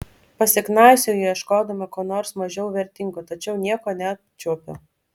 pasiknaisioju ieškodama ko nors mažiau vertingo tačiau nieko neapčiuopiu